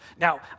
Now